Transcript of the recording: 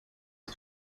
ist